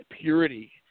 purity